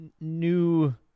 new